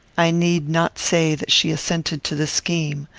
i need not say that she assented to the scheme.